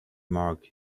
mark